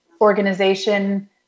organization